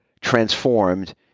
transformed